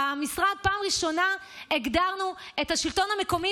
פעם ראשונה הגדרנו את השלטון המקומי